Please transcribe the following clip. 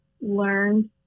learned